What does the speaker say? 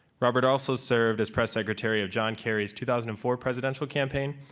robert also served as press secretary of john kerry's two thousand and four presidential campaign,